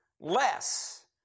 Less